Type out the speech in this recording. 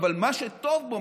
אבל מה שטוב בו,